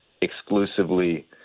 exclusively